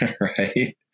right